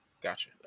Gotcha